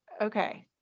okay